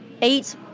eight